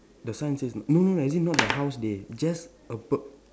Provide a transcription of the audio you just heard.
the sign says no no no as in not the house dey just above